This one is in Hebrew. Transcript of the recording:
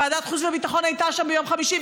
ועדת החוץ והביטחון הייתה שם ביום חמישי,